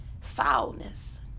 foulness